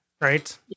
Right